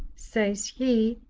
says he,